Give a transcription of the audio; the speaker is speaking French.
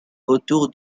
autour